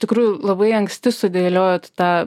tikrai labai anksti sudėliojot tą